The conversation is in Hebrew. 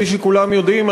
כפי שכולם יודעים,